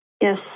Yes